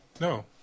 no